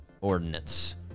ordinance